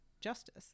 justice